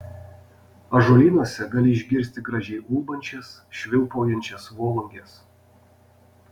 ąžuolynuose gali išgirsti gražiai ulbančias švilpaujančias volunges